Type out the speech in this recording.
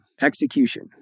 execution